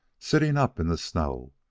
sitting up in the snow,